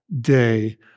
day